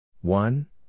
One